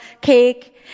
cake